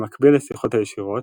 במקביל לשיחות הישירות,